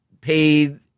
paid